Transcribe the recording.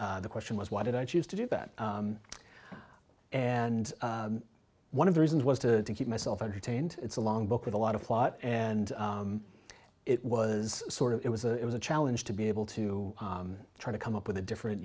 and the question was why did i choose to do that and one of the reasons was to keep myself entertained it's a long book with a lot of plot and it was sort of it was a it was a challenge to be able to try to come up with a different